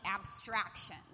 abstraction